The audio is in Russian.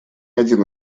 один